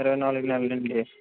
ఇరవై నాలుగు నెలలా అండి